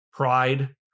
pride